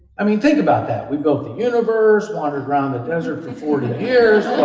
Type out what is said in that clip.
i mean think about that, we've built the universe, wandered around the desert for forty years,